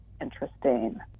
interesting